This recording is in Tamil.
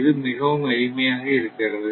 இது மிகவும் எளிமையாக இருக்கிறது